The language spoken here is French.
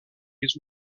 les